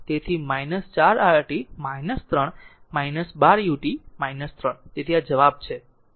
તેથી આ જવાબ છે આ જ જવાબ છે